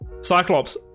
cyclops